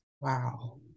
wow